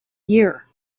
year